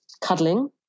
cuddling